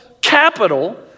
capital